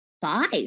five